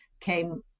came